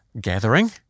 gathering